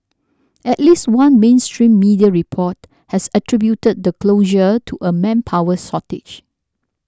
at least one mainstream media report has attributed the closure to a manpower shortage